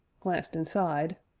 glanced inside,